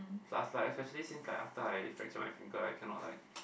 like like actually since I after I fracture my finger I cannot like